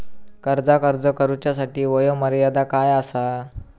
कर्जाक अर्ज करुच्यासाठी वयोमर्यादा काय आसा?